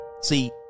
See